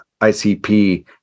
ICP